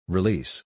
Release